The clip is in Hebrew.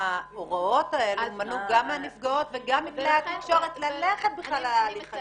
ההוראות האלה מנע גם מהנפגעות וגם מכלי התקשורת ללכת בכלל להליך הזה.